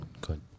Good